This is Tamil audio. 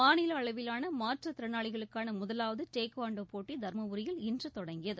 மாநில அளவிலான மாற்றுத் திறனாளிகளுக்கான முதலாவது டேக்வாண்டோ போட்டி தர்மபுரியில் இன்று தொடங்கியது